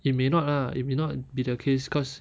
it may not lah it may not be the case cause